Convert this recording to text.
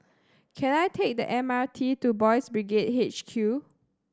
can I take the M R T to Boys' Brigade H Q